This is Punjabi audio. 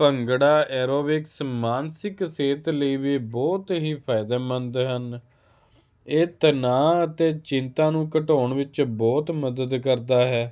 ਭੰਗੜਾ ਐਰੋਬਿਕਸ ਮਾਨਸਿਕ ਸਿਹਤ ਲਈ ਵੀ ਬਹੁਤ ਹੀ ਫਾਇਦੇਮੰਦ ਹਨ ਇਹ ਤਨਾਅ ਅਤੇ ਚਿੰਤਾ ਨੂੰ ਘਟਾਉਣ ਵਿੱਚ ਬਹੁਤ ਮਦਦ ਕਰਦਾ ਹੈ